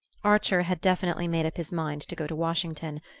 archer had definitely made up his mind to go to washington.